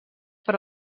per